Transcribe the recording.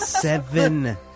Seven